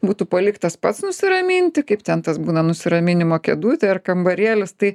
būtų paliktas pats nusiraminti kaip ten tas būna nusiraminimo kėdutė ar kambarėlis tai